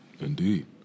Indeed